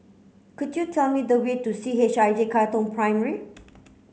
could you tell me the way to C H I J Katong Primary